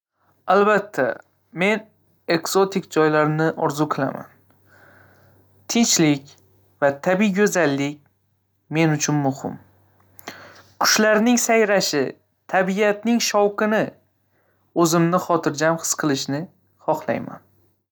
Albatta, men ekzotik joylarni orzu qilaman. Tinchlik va tabiiy go'zallik men uchun muhim. Qushlarning sayrashi, tabiatning shovqini. O'zimni xotirjam his qilishni xohlayman.